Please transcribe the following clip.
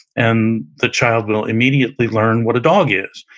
and the child will immediately learn what a dog is.